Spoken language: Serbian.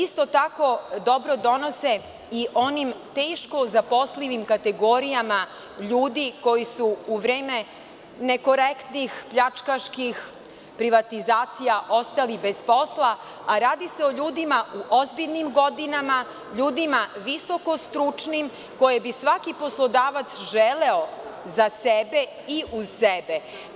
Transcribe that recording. Isto tako dobro donose i onim teško zaposlivim kategorijama ljudi koji su u vreme nekorektnih pljačkaških privatizacija ostali bez posla, a radi se o ljudima u ozbiljnim godinama, ljudima visoko stručnim koje bi svaki poslodavac želeo za sebe i uz sebe.